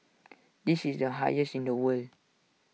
this is the highest in the world